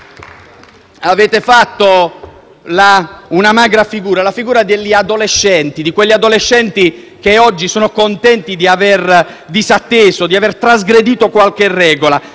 Avete fatto una magra figura, la figura degli adolescenti, di quegli adolescenti che oggi sono contenti di aver disatteso, di aver trasgredito qualche regola.